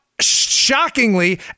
shockingly